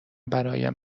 برایم